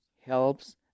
helps